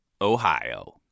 Ohio